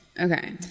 Okay